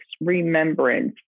remembrance